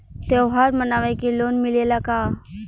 त्योहार मनावे के लोन मिलेला का?